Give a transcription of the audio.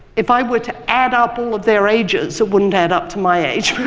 if i were to add up all of their ages, it wouldn't add up to my age.